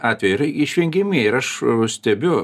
atveju yra išvengiami ir aš stebiu